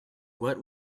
what